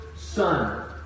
sun